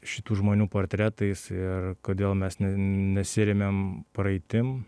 šitų žmonių portretais ir kodėl mes nesiremiam praeitim